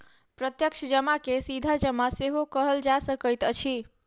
प्रत्यक्ष जमा के सीधा जमा सेहो कहल जा सकैत अछि